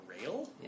rail